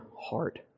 heart